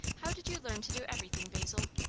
how did you learn to do everything, basil?